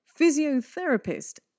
physiotherapist